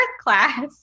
class